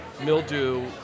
mildew